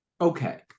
okay